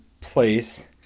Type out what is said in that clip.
place